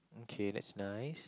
okay that's nice